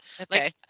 Okay